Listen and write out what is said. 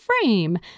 frame